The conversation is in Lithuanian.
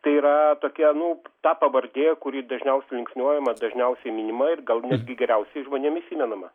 tai yra tokia nu ta pavardė kuri dažniausiai linksniuojama dažniausiai minima ir gal netgi geriausiai žmonėm įsimenama